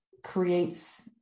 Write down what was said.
creates